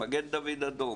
מגן דוד אדום